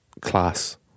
Class